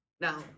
Now